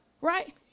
right